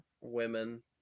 women